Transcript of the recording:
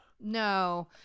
No